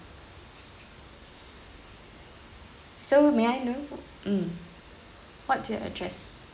so may I know mm what's your address